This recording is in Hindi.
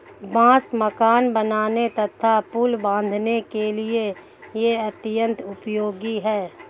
बांस मकान बनाने तथा पुल बाँधने के लिए यह अत्यंत उपयोगी है